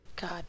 god